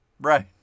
Right